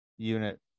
unit